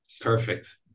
Perfect